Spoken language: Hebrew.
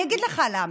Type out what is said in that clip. אני אגיד לך למה.